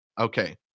Okay